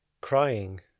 crying